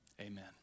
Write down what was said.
Amen